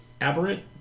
aberrant